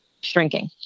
shrinking